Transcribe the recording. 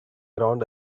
around